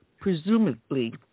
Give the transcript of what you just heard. presumably